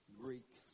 Greek